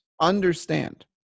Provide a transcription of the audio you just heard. understand